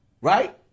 right